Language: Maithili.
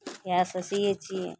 इएहसे सिए छिए